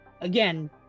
again